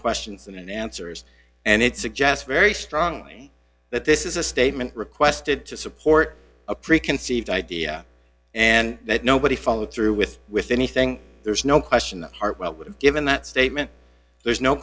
questions than answers and it suggests very strongly that this is a statement requested to support a preconceived idea and that nobody followed through with with anything there's no question that hartwell would have given that statement there's no